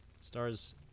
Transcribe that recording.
stars